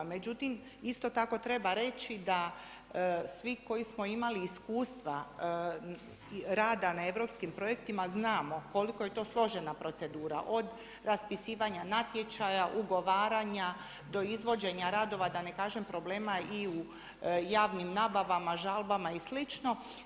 Međutim isto tako treba reći da svi koji smo imali iskustva rada na europskim projektima znamo koliko je to složena procedura, od raspisivanja natječaja, ugovaranja do izvođenja radova da ne kažem problema i u javnim nabavama, žalbama i slično.